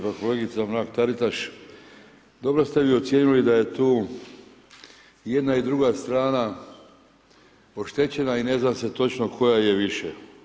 Pa kolegice Mrak-Taritaš, dobro ste vi ocijenili da je tu jedna i druga strana oštećena i ne zna se točno koja je više.